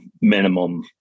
minimum